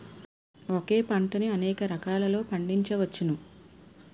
ఒకే పంటని అనేక రకాలలో పండించ్చవచ్చును